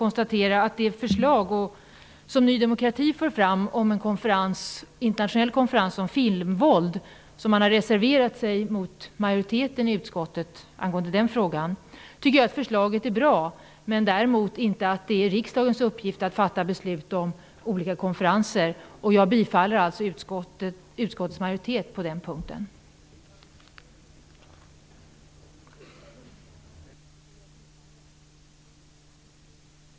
Ny demokratis förslag om en internationell konferens om filmvåld -- Ny demokrati har på den punkten reserverat sig -- är bra, men däremot tycker jag inte att det är riksdagens uppgift att fatta beslut om konferenser. Jag biträder alltså utskottets hemställan på den punkten.